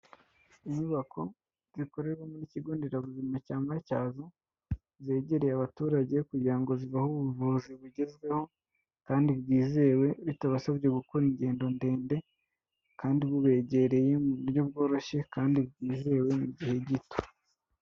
Inyubako zikorerwamo n'ikigo nderabuzima cya Matyazo, zegereye abaturage kugira ngo zibahe ubuvuzi bugezweho kandi bwizewe, bitabasabye gukora ingendo ndende kandi bubegereye mu buryo bworoshye kandi bwizewe mu gihe gito.